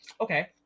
okay